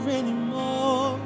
anymore